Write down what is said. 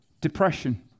depression